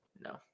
No